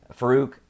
Farouk